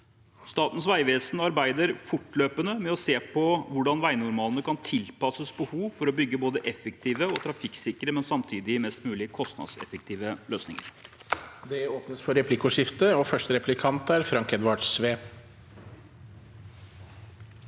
Statens vegvesen arbeider fortløpende med å se på hvordan veinormalene kan tilpasses behovet for å bygge løsninger som er effektive og trafikksikre, men samtidig mest mulig kostnadseffektive.